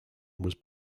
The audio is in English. was